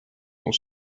sont